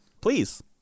Please